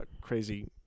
crazy